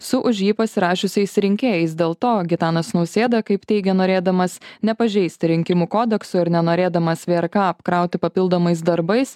su už jį pasirašiusiais rinkėjais dėl to gitanas nausėda kaip teigia norėdamas nepažeisti rinkimų kodekso ir nenorėdamas vrk apkrauti papildomais darbais